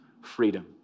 freedom